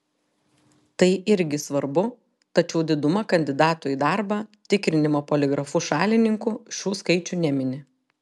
tai irgi svarbu tačiau diduma kandidatų į darbą tikrinimo poligrafu šalininkų šių skaičių nemini